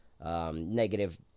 Negative